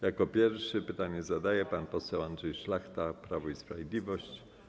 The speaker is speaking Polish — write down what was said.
Jako pierwszy pytanie zadaje pan poseł Andrzej Szlachta, Prawo i Sprawiedliwość.